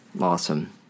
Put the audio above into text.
Awesome